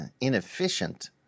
inefficient